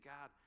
God